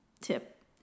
tip